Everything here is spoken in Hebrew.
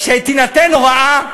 שתינתן הוראה,